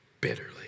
bitterly